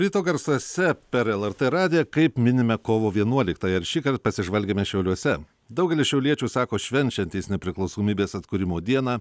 ryto garsuose per lrt radiją kaip minime kovo vienuoliktąją ir šįkart pasižvalgėme šiauliuose daugelis šiauliečių sako švenčiantys nepriklausomybės atkūrimo dieną